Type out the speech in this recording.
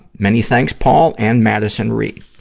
many thanks, paul and madison reed.